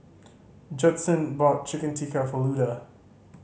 Judson bought Chicken Tikka for Luda